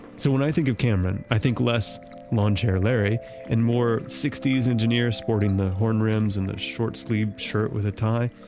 so when i think of cameron, i think less lawn chair larry and more sixty s engineers supporting the horn rims and the short sleeve shirt with a tie.